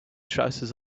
trousers